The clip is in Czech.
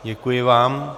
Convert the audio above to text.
Děkuji vám.